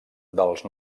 dels